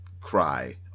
cry